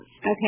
Okay